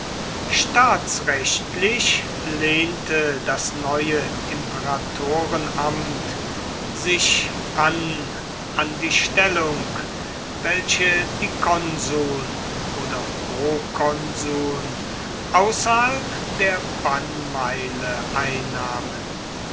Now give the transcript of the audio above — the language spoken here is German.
staatsrechtlich lehnte das neue imperatorenamt sich an an die stellung welche die konsuln oder prokonsuln außerhalb der bannmeile einnahmen